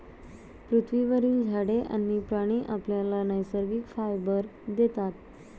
पृथ्वीवरील झाडे आणि प्राणी आपल्याला नैसर्गिक फायबर देतात